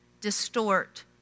distort